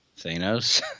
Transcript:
Thanos